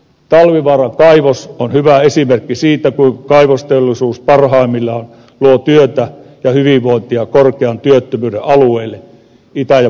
talvivaaran kaivos on hyvä esimerkki siitä kuinka kaivosteollisuus parhaimmillaan luo työtä ja hyvinvointia korkean työttömyyden alueille itä ja pohjois suomeen